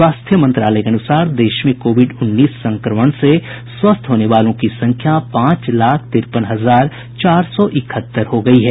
स्वास्थ्य मंत्रालय के अनुसार देश में कोविड उन्नीस संक्रमण से स्वस्थ होने वालों की संख्या पांच लाख तिरपन हजार चार सौ इकहत्तर हो गयी है